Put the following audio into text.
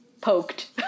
poked